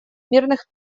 мирных